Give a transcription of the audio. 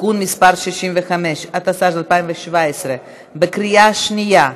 (תיקון מס' 65), התשע"ז 2017, בקריאה שנייה.